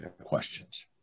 questions